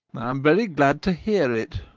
i'm very glad to hear it.